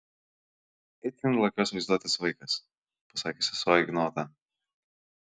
itin lakios vaizduotės vaikas pasakė sesuo ignotą